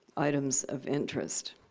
items of interest.